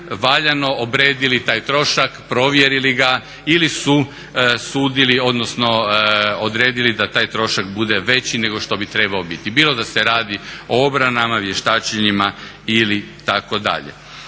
valjano obredili taj trošak, provjerili ga ili su sudili odnosno odredili da taj trošak bude veći nego što bi trebao biti. Bilo da se radi o obranama, vještačenjima ili tako dalje.